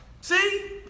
See